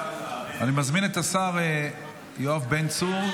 אני מזמין את השר יואב בן צור.